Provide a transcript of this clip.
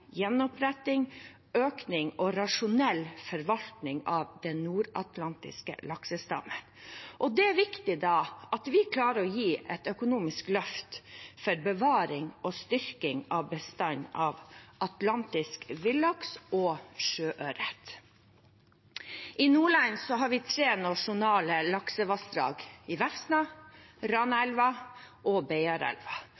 gjenoppretting, økning og rasjonell forvaltning av den nordatlantiske laksestammen. Det er viktig at vi klarer å gi et økonomisk løft for bevaring og styrking av bestanden av atlantisk villaks og sjøørret. I Nordland har vi tre nasjonale laksevassdrag – Vefsna,